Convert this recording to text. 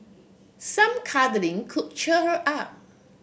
some cuddling could cheer her up